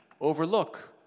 overlook